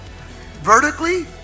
Vertically